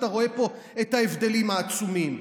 אתה רואה פה את ההבדלים העצומים.